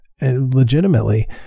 legitimately